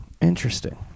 Interesting